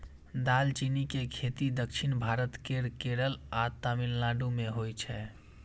दालचीनी के खेती दक्षिण भारत केर केरल आ तमिलनाडु मे होइ छै